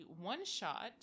one-shot